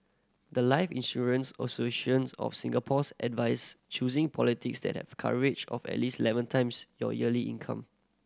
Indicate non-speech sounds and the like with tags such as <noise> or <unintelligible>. the life Insurance Associations of Singapore's advise choosing <unintelligible> that have a coverage of at least eleven times your yearly income